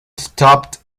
stopped